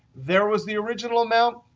there was the original amount.